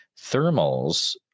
thermals